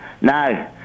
No